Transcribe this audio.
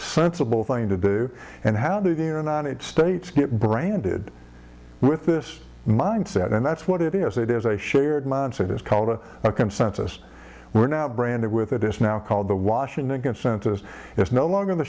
sensible thing to do and how the are not it states get branded with this mindset and that's what it is it is a shared mindset is called a consensus we're now branded with it is now called the washington consensus it's no longer the